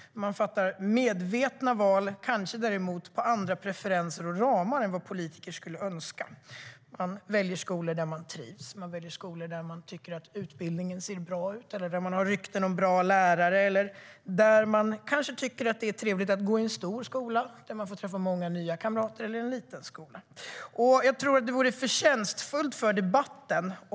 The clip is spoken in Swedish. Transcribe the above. Jag tror att det är medvetna val, men de fattas kanske på andra premisser och med andra ramar än politiker skulle önska. Man kanske väljer en skola där man trivs eller där man tycker att utbildningen ser bra ut. Man kanske väljer en skola som har rykte om sig att ha bra lärare. Kanske tycker man att det är trevligt att gå i en stor skola där man får träffa många nya kamrater, eller kanske tycker man att det är trevligt att gå i en liten skola.